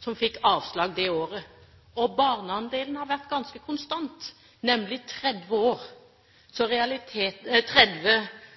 som fikk avslag samme året. Barneandelen har vært ganske konstant, nemlig 30